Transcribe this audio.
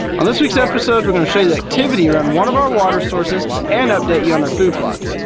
on this week's episode we're going to show you the activity around one of our water sources and update you on our food plots.